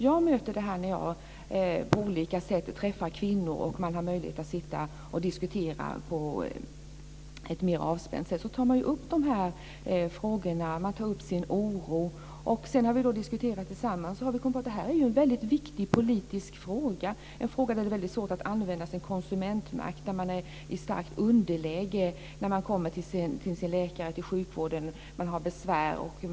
Jag möter det här när jag i olika sammanhang träffar kvinnor och man har möjlighet att sitta och diskutera på ett mer avspänt sätt. Då tar man ju upp de här frågorna. Man tar upp sin oro. När vi diskuterat tillsammans har vi kommit underfund med att det här är en mycket viktig politisk fråga, en fråga där det är mycket svårt att använda sig av konsumentmakt. Man är i starkt underläge när man kommer till sjukvården och har besvär.